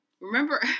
Remember